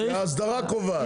זה ההסדרה קובעת.